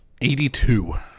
82